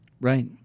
Right